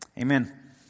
Amen